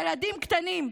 ילדים קטנים,